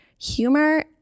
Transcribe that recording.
humor